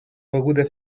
beguda